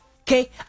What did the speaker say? Okay